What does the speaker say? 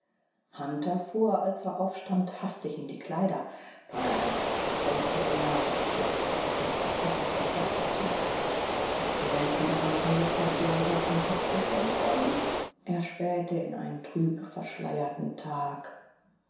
hunter fuhr als er aufstand hastig in die kleider donnerwetter brummte er und zog fröstelnd den vorhang vom fenster zurück ist die welt wieder mal von gestern zu heute auf den kopf gestellt worden er spähte in einen trüb verschleierten tag